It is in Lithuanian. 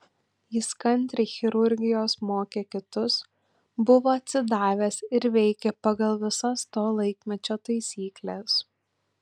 jis kantriai chirurgijos mokė kitus buvo atsidavęs ir veikė pagal visas to laikmečio taisykles